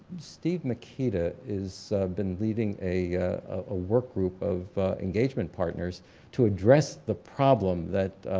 steve mikita is, been leading a ah workgroup of engagement partners to address the problem that